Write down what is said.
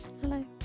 Hello